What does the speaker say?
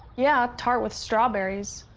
yeah, a tart with strawberries.